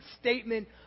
statement